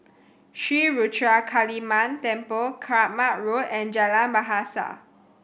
Sri Ruthra Kaliamman Temple Kramat Road and Jalan Bahasa